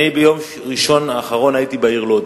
אני הייתי ביום ראשון האחרון בעיר לוד